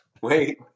wait